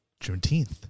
Juneteenth